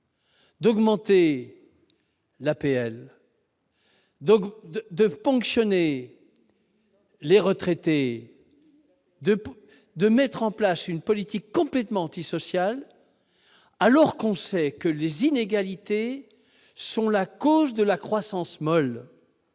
diminuer l'APL, à ponctionner les retraités, à mettre en place une politique complètement antisociale, alors que les inégalités sont la cause de la croissance molle